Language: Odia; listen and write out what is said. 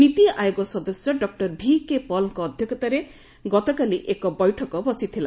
ନୀତିଆୟୋଗ ସଦସ୍ୟ ଡକୁର ଭିକେ ପଲ୍ଙ୍କ ଅଧ୍ୟକ୍ଷତାରେ ଗତକାଲି ଏକ ବୈଠକ ବସିଥିଲା